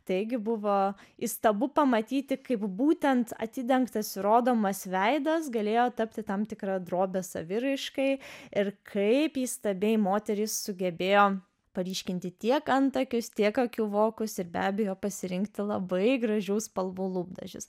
taigi buvo įstabu pamatyti kaip būtent atidengtas rodomas veidas galėjo tapti tam tikra drobe saviraiškai ir kaip įstabiai moterys sugebėjo paryškinti tiek antakius tiek akių vokus ir be abejo pasirinkti labai gražių spalvų lūpdažius